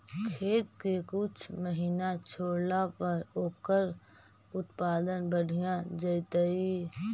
खेत के कुछ महिना छोड़ला पर ओकर उत्पादन बढ़िया जैतइ?